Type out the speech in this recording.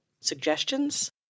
Suggestions